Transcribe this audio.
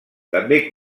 també